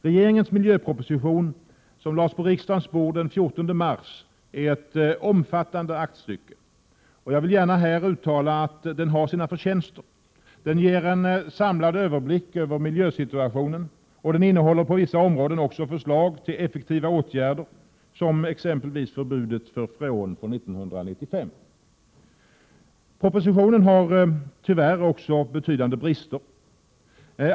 Regeringens miljöproposition, som lades på riksdagens bord den 14 mars, är ett omfattande aktstycke. Jag vill gärna här uttala att den har sina förtjänster: Den ger en samlad överblick över miljösituationen, och den innehåller på vissa områden också förslag till effektiva åtgärder som exempelvis förbud mot freon från 1995. Propositionen har tyvärr också betydande brister.